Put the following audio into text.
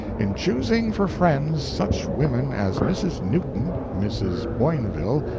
in choosing for friends such women as mrs. newton, mrs. boinville,